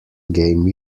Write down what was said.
game